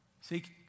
Seek